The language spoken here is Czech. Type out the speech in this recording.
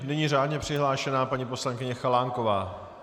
Nyní řádně přihlášená paní poslankyně Chalánková.